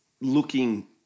looking